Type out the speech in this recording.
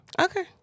Okay